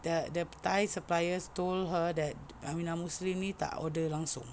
the the Thai suppliers told her that Aminah Muslim tak order langsung